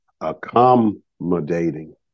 accommodating